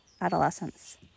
adolescence